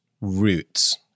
Roots